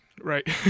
Right